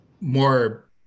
more